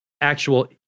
actual